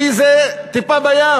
כי זו טיפה בים.